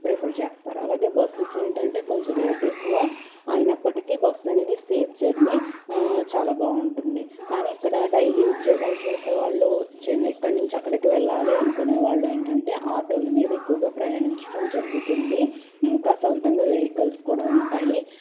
prefer చేస్తారు అలాగే బస్ససేంటంటే కొంచెం రేటెక్కువ అయినప్పటికీ బస్సు అనేది సేఫ్ జర్నీ చాలా బాగుంటుంది కానీ ఇక్కడ డైలీ ఉద్యోగాలు చేసేవాళ్ళు ఇక్కడ నుంచి అక్కడ వెళ్ళాలి అనుకునేవాళ్లేంటంటే ఆటోలు మీద ఎక్కువగా ప్రయాణించడం జరుగుతుంది ఇంకా సొంతంగా వెహికల్స్ కూడా ఉంటాయి